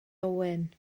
owen